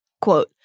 Quote